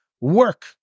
work